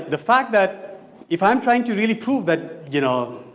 the fact that if i'm trying to really prove that you know,